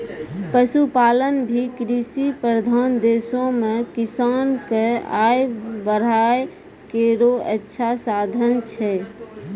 पशुपालन भी कृषि प्रधान देशो म किसान क आय बढ़ाय केरो अच्छा साधन छै